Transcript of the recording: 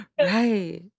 Right